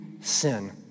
sin